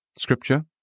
Scripture